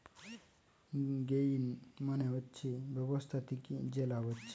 gain মানে হচ্ছে ব্যবসা থিকে যে লাভ হচ্ছে